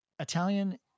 Italian